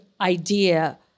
idea